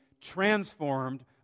transformed